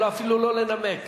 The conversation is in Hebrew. ואפילו לא לנמק,